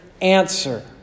answer